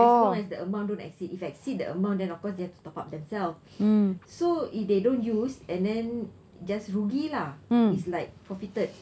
as long as the amount don't exceed if exceed the amount then of course they have to top-up themselves um so if they don't use and then just rugi lah it's like forfeited